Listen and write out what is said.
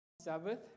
sabbath